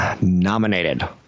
nominated